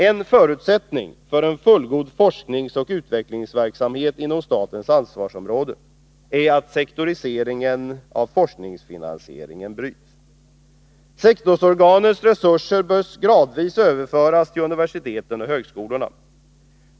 En förutsättning för en fullgod forskningsoch utvecklingsverksamhet inom statens ansvarsområde är att sektoriseringen av forskningsfinansieringen bryts. Sektorsorganens resurser bör gradvis överföras till universiteten och högskolorna.